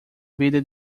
vida